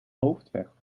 hoofdweg